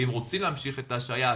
ואם רוצים להמשיך את ההשעיה,